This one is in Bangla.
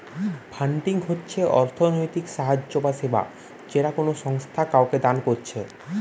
ফান্ডিং হচ্ছে অর্থনৈতিক সাহায্য বা সেবা যেটা কোনো সংস্থা কাওকে দান কোরছে